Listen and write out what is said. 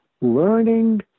learning